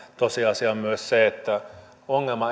tosiasia on myös se että ongelma